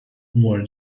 were